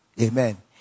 amen